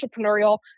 entrepreneurial